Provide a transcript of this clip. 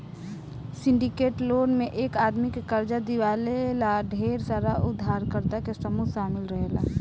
syndicate loan में एक आदमी के कर्जा दिवावे ला ढेर सारा उधारकर्ता के समूह शामिल रहेला